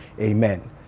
amen